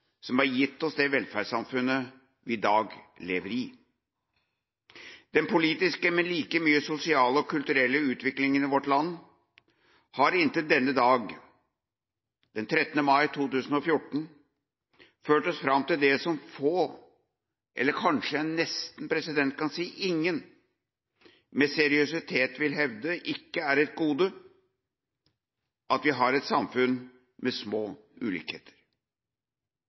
som har gitt oss det velferdssamfunnet vi i dag lever i. Den politiske, men like mye sosiale og kulturelle, utviklingen i vårt land, har inntil denne dag, den 13. mai 2014, ført oss fram til det som få – eller kanskje jeg nesten kan si ingen – med seriøsitet vil hevde ikke er et gode: at vi har et samfunn med små ulikheter.